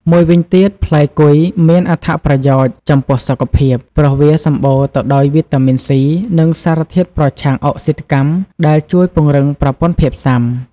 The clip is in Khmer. មួយវិញទៀតផ្លែគុយមាន អត្ថប្រយោជន៍ចំពោះសុខភាព ព្រោះវាសម្បូរទៅដោយវីតាមីន ស៊ី និងសារធាតុប្រឆាំងអុកស៊ីតកម្ម ដែលជួយពង្រឹងប្រព័ន្ធភាពស៊ាំ។